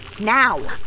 Now